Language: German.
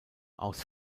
aus